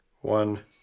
One